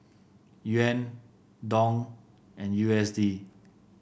Yuan Dong and U S D